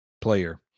player